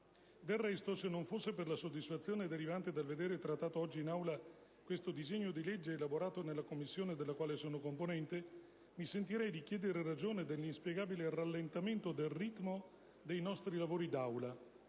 Del resto, se non fosse per la soddisfazione derivante dal vedere trattato oggi in Aula questo disegno di legge, elaborato nella Commissione della quale sono componente, mi sentirei di chiedere ragione dell'inspiegabile rallentamento del ritmo dei nostri lavori d'Aula,